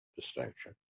distinction